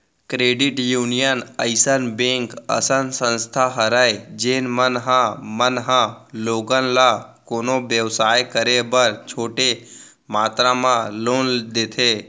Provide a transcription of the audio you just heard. credit union अइसन bank असन संस्था हरय जेन मन ह मन ह लोगन ल कोनो बेवसाय करे बर छोटे मातरा म लोन देथे